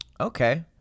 Okay